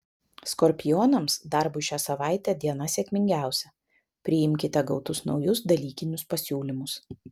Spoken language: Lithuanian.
skorpionams darbui šią savaitę diena sėkmingiausia priimkite gautus naujus dalykinius pasiūlymus